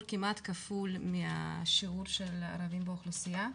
כמעט כפול מהשיעור של הערבים באוכלוסיה,